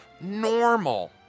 normal